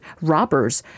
robbers